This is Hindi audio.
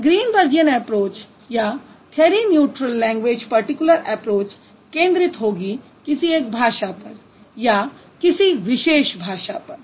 तो ग्रीनबर्जियन ऐप्रोच या theory neutral language particular approach केन्द्रित होगी किसी एक भाषा पर या किसी विशेष भाषा पर